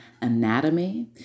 anatomy